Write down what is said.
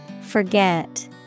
Forget